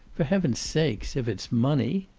for heaven's sake, if it's money?